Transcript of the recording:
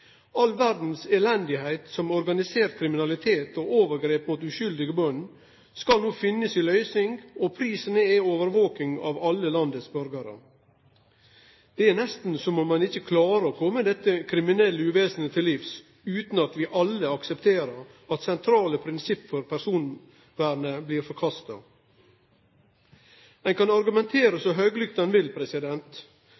All verdas elende, som organisert kriminalitet og overgrep mot uskyldige born, skal no finne si løysing, og prisen er overvaking av alle landets borgarar. Det er nesten som om ein ikkje klarer å komme dette kriminelle uvesenet til livs utan at vi alle aksepterer at sentrale prinsipp for personvernet blir forkasta. Ein kan argumentere